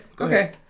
okay